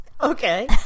Okay